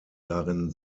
darin